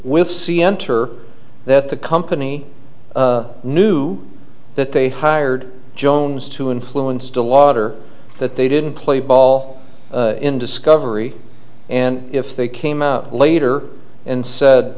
with c enter that the company knew that they hired jones to influence to water that they didn't play ball in discovery and if they came out later and said